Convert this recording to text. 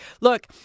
look